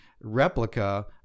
replica